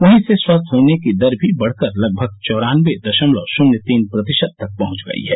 वही इससे स्वस्थ होने की दर भी बढ़ कर लगभग चौरानबे दशमलव शून्य तीन प्रतिशत तक पहुंच गई है